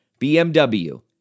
BMW